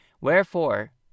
Wherefore